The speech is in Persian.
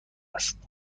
است